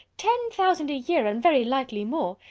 ten thousand a year, and very likely more!